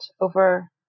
over